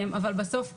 אבל בסוף כן,